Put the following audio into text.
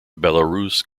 belarus